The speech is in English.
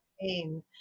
pain